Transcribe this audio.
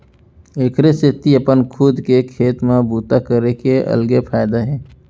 एखरे सेती अपन खुद के खेत म बूता करे के अलगे फायदा हे